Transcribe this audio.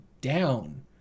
down